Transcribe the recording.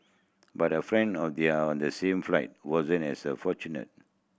but a friend of their on the same flight wasn't as a fortunate